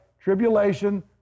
tribulation